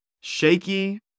shaky